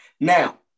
Now